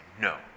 No